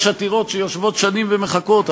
יש עתירות שיושבות שנים ומחכות,